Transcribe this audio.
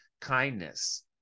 kindness